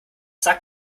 sagt